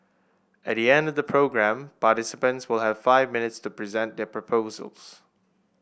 at the end of the programme participants will have five minutes to present their proposals